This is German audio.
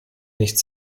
nichts